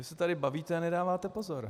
Vy se tady bavíte a nedáváte pozor!